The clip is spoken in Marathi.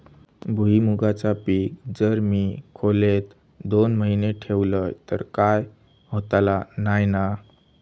भुईमूगाचा पीक जर मी खोलेत दोन महिने ठेवलंय तर काय होतला नाय ना?